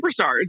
superstars